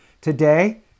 Today